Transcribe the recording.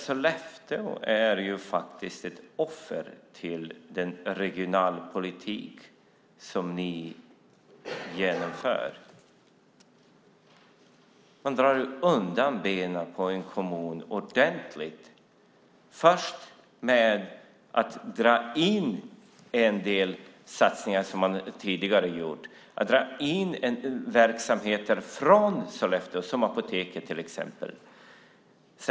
Sollefteå är faktiskt ett offer för den regionalpolitik som ni genomför. Man drar undan benen på en kommun ordentligt, först genom att dra in en del satsningar som man tidigare gjort. Man drar bort verksamhet från Sollefteå, som apoteket till exempel.